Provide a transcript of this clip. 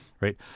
right